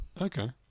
Okay